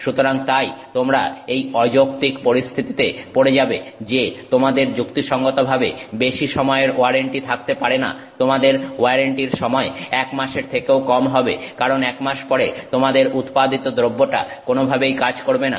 সুতরাং তাই তোমরা এই অযৌক্তিক পরিস্থিতিতে পড়ে যাবে যে তোমাদের যুক্তিসঙ্গতভাবে বেশি সময়ের ওয়ারেন্টি থাকতে পারে না তোমাদের ওয়ারেন্টির সময় এক মাসের থেকেও কম হবে কারণ একমাস পরে তোমাদের উৎপাদিত দ্রব্যটা কোনোভাবেই কাজ করবে না